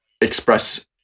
express